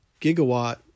gigawatt